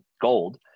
gold